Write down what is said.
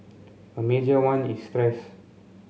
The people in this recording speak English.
a major one is stress